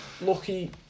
lucky